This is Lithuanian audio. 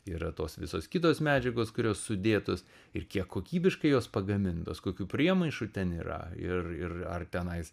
yra tos visos kitos medžiagos kurios sudėtos ir kiek kokybiškai jos pagamintos kokių priemaišų ten yra ir ir ar tenais